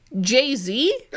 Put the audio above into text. Jay-Z